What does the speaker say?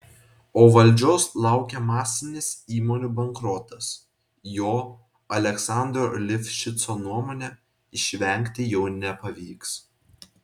o valdžios laukia masinis įmonių bankrotas jo aleksandro lifšico nuomone išvengti jau nepavyks